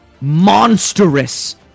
monstrous